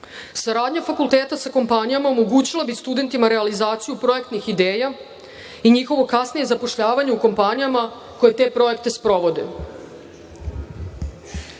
privredi. Saradnja fakulteta sa kompanijama omogućila bi studentima realizaciju projektnih ideja i njihovo kasnije zapošljavanje u kompanijama koje te projekte sprovode. Bilo